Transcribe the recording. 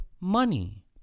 money